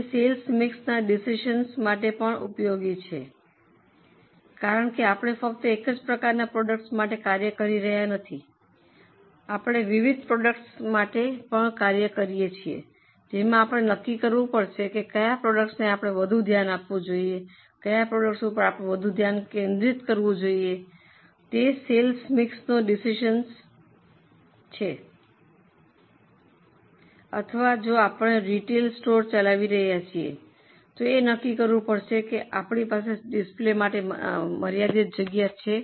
તે સેલ્સ મિક્સના ડિસિઝનસ માટે પણ ઉપયોગી છે કારણ કે આપણે ફક્ત એક જ પ્રકારનાં પ્રોડક્ટસ માટે કાર્ય કરી રહ્યા નથી અમે વિવિધ પ્રોડક્ટસ માટે પણ કાર્ય કરી શકીએ છીએ જેમાં આપણે નક્કી કરવું પડશે કે કયા પ્રોડક્ટસને આપણે વધુ ધ્યાન આપવું જોઈએ કયા પ્રોડક્ટને આપણે વધુ ધ્યાન કેન્દ્રિત કરવું જોઈએ તે સેલ્સ મિક્સનો ડિસિઝનસ છે અથવા જો આપણે રિટેલ સ્ટોર ચલાવી રહ્યા છીએ તો અમારે એ નક્કી કરવું પડશે કે અમારી પાસે ડિસ્પ્લે માટે મર્યાદિત જગ્યા છે